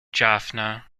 jaffna